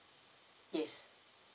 yes